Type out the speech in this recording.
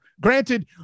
Granted